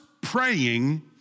praying